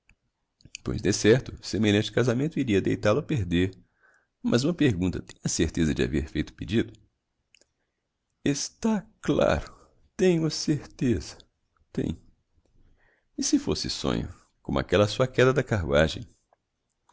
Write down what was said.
pois decerto semelhante casamento iria deitál o a perder mas uma pergunta tem a certeza de haver feito o pedido está claro tenho a certeza tenho e se fosse sonho como aquella sua quéda da carruagem